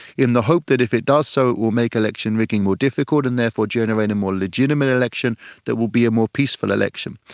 in the hope that if it does so it will make election rigging more difficult and therefore generate a more legitimate election that will be a more peaceful election.